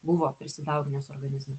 buvo prisidauginęs organizme